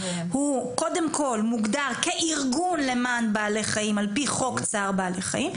הוא קודם כל מוגדר כארגון למען בעלי חיים על פי חוק צער בעלי חיים,